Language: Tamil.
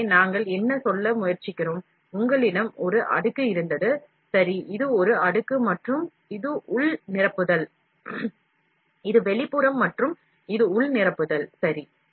எனவே நாங்கள் என்ன சொல்ல முயற்சிக்கிறோம் உங்களிடம் ஒரு அடுக்கு இருந்தது சரி இது ஒரு அடுக்கு மற்றும் இது உள் நிரப்புதல் இது வெளிப்புறம் மற்றும் இது உள் நிரப்புதல் சரி